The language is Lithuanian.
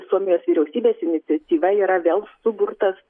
suomijos vyriausybės iniciatyva yra vėl suburtas